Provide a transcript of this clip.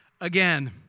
again